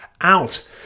out